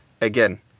again